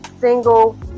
single